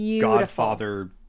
Godfather